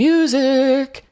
Music